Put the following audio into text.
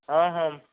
ହଁ ହଁ